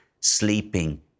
sleeping